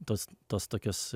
tuos tuos tokius